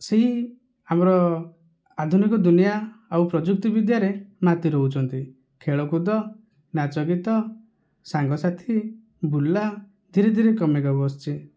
ସେହି ଆମର ଆଧୁନିକ ଦୁନିଆଁ ଆଉ ପ୍ରଯୁକ୍ତି ବିଦ୍ୟାରେ ମାତି ରହୁଛନ୍ତି ଖେଳକୁଦ ନାଚଗୀତ ସାଙ୍ଗସାଥି ବୁଲା ଧୀରେ ଧୀରେ କମିକା ବସିଛି